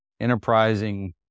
enterprising